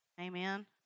Amen